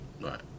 Right